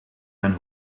mijn